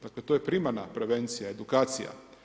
Dakle, to je primarna prevencija, edukacija.